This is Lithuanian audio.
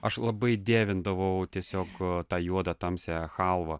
aš labai dievindavau tiesiog tą juodą tamsią chalvą